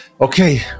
okay